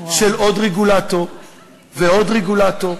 של עוד רגולטור ועוד רגולטור,